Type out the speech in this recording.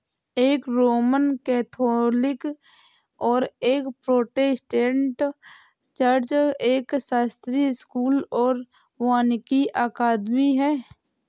एक Roman Catholic और एक प्रोटेस्टेंट चर्च, एक शास्त्रीय स्कूल और वानिकी अकादमी है